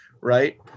right